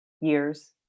years